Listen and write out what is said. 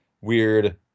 weird